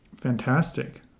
Fantastic